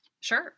Sure